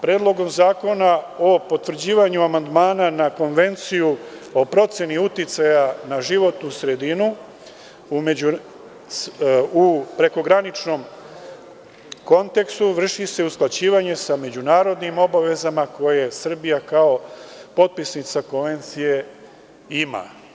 Predlogom zakona o potvrđivanju Amandmana na Konvenciju o proceni uticaja na životnu sredinu u prekograničnom kontekstu vrši se usklađivanje sa međunarodnim obavezama koje Srbija kao potpisnica Konvencije ima.